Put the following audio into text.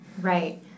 Right